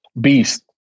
Beast